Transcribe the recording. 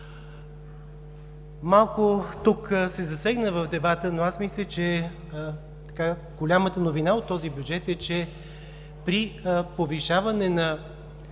малко се засегна в дебата, но аз мисля, че голямата новина от този бюджет е, че при повишаване на